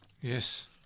Yes